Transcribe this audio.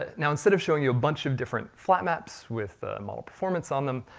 ah now instead of showing you a bunch of different flat maps with model performance on them,